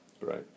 right